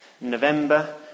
November